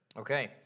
Okay